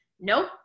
nope